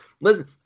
listen